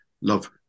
love